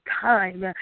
time